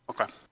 Okay